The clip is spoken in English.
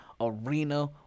Arena